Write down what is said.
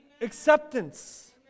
acceptance